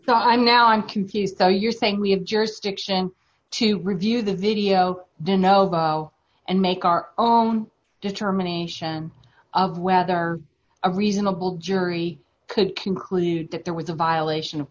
so i'm now i'm confused so you're saying we have jurisdiction to review the video the nobel and make our own determination of whether a reasonable jury could conclude that there was a violation of